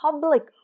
public